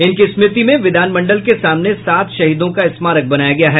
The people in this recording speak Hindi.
इनकी स्मृति में विधानमंडल के सामने सात शहीदों का स्मारक बनाया गया है